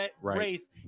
race